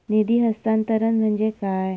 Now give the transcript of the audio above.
निधी हस्तांतरण म्हणजे काय?